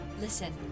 Listen